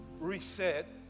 reset